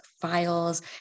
files